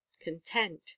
content